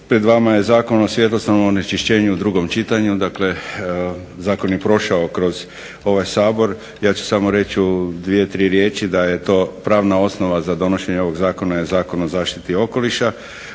Pred vama je Zakon o svjetlosnom onečišćenju u drugom čitanju, dakle zakon je prošao kroz ovaj Sabor, ja ću samo reći u dvije, tri riječi da je to pravna osnova za donošenje ovog zakona je Zakon o zaštiti okoliša,